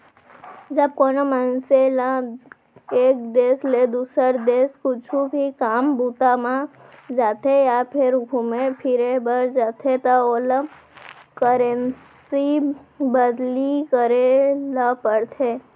जब कोनो मनसे ल एक देस ले दुसर देस कुछु भी काम बूता म जाथे या फेर घुमे फिरे बर जाथे त ओला करेंसी बदली करे ल परथे